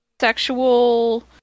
sexual